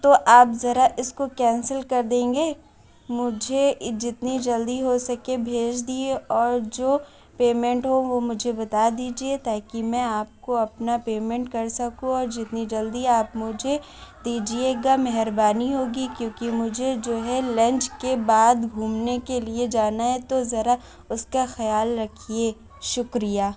تو آپ ذرا اس کو کینسل کر دیں گے مجھے جتنی جلدی ہوسکے بھیج دیے اور جو پیمنٹ ہو وہ مجھے بتا دیجیے تاکہ میں آپ کو اپنا پیمنٹ کر سکوں اور جتنی جلدی آپ مجھے دیجیے گا مہربانی ہوگی کیوںکہ مجھے جو ہے لنچ کے بعد گھومنے کے لیے جانا ہے تو ذرا اس کا خیال رکھیے شکریہ